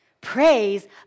Praise